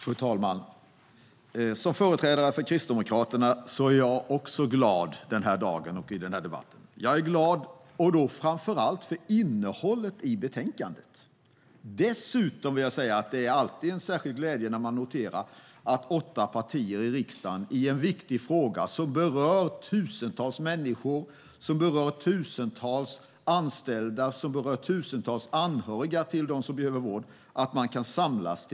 Fru talman! Som företrädare för Kristdemokraterna är jag glad den här dagen och i den här debatten. Jag är glad, och då framför allt för innehållet i betänkandet. Dessutom vill jag säga att det alltid är en särskild glädje när man noterar att åtta partier i riksdagen kan samlas till ett enigt beslut i en viktig fråga som berör tusentals människor, tusentals anställda och tusentals anhöriga till dem som behöver vård.